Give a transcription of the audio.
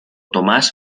tomás